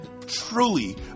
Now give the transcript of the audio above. truly